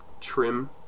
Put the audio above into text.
trim